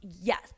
yes